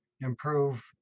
improve